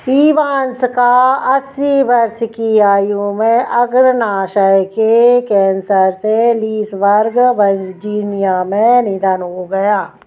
Evans का अस्सी वर्ष की आयु में अग्रनाशय के कैंसर से लीसबर्ग वर्जीनिया में निधन हो गया